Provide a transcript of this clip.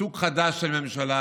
סוג חדש של ממשלה,